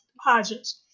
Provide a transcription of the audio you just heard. Hodges